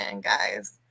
guys